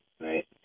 right